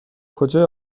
کجای